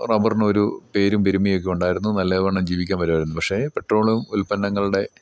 റബറിനൊരു പേരും പെരുമയൊക്കെ ഉണ്ടായിരുന്നു നല്ലവണ്ണം ജീവിക്കാൻ പറ്റുമായിരുന്നു പക്ഷേ പെട്രോളിയം ഉൽപ്പന്നങ്ങളുടെ